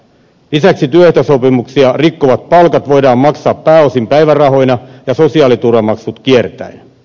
lisäksi työehtosopimuksia rikkovat palkat voidaan maksaa pääosin päivärahoina ja sosiaaliturvamaksut kiertäen